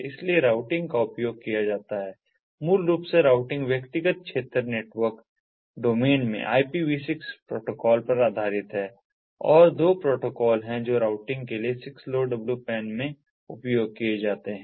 इसलिए राउटिंग का उपयोग किया जाता है मूल रूप से राउटिंग व्यक्तिगत क्षेत्र नेटवर्क डोमेन में IPV6 प्रोटोकॉल पर आधारित है और दो प्रोटोकॉल हैं जो राउटिंग के लिए 6LoWPAN में उपयोग किए जाते हैं